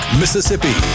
mississippi